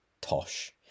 tosh